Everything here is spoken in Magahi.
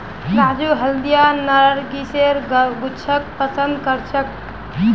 राजू हल्दिया नरगिसेर गुच्छाक पसंद करछेक